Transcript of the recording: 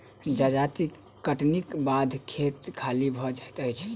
जजाति कटनीक बाद खेत खाली भ जाइत अछि